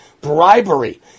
bribery